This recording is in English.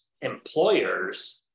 employers